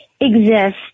exist